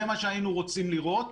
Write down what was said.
זה מה שהיינו רוצים לראות,